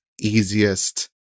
easiest